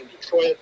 Detroit